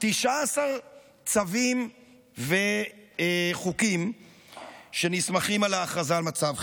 19 צווים וחוקים שנסמכים על ההכרזה על מצב חירום.